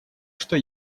что